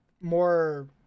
more